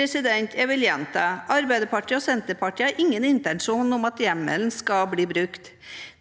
Jeg vil gjenta: Arbeiderpartiet og Senterpartiet har ingen intensjon om at hjemmelen skal bli brukt.